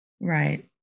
right